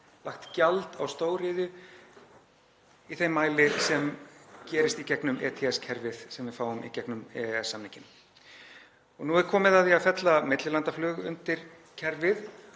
lagt gjald á stóriðju í þeim mæli sem gerist í gegnum ETS-kerfið sem við fáum í gegnum EES-samninginn. Nú er komið að því að fella millilandaflug undir kerfið